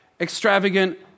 extravagant